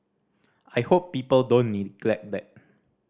I hope people don't neglect that